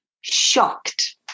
shocked